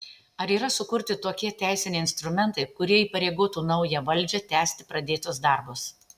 ar yra sukurti tokie teisiniai instrumentai kurie įpareigotų naują valdžią tęsti pradėtus darbus